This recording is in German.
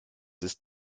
ist